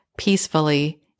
peacefully